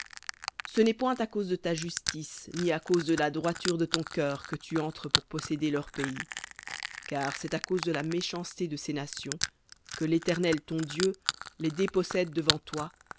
ce n'est point à cause de ta justice ni à cause de la droiture de ton cœur que tu entres pour posséder leur pays car c'est à cause de la méchanceté de ces nations que l'éternel ton dieu les dépossède devant toi